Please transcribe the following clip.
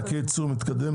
והבינוניים.